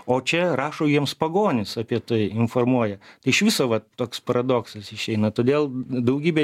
o čia rašo jiems pagonis apie tai informuoja tai iš viso vat toks paradoksas išeina todėl daugybė